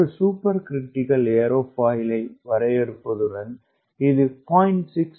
ஒரு super critical ஏர்ஃபாயிலை வரையறுப்பதுடன் இது 0